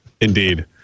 Indeed